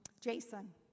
Jason